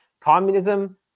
Communism